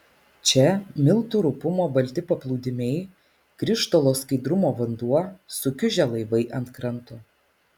čia miltų rupumo balti paplūdimiai krištolo skaidrumo vanduo sukiužę laivai ant kranto